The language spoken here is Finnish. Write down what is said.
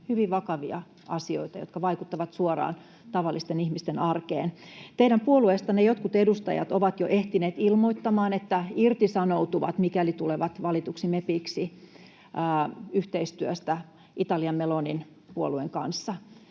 Hyvin vakavia asioita, jotka vaikuttavat suoraan tavallisten ihmisten arkeen. Teidän puolueestanne jotkut edustajat ovat jo ehtineet ilmoittamaan, että irtisanoutuvat, mikäli tulevat valituiksi mepiksi, yhteistyöstä Italian Melonin puolueen kanssa.